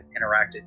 interacted